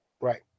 right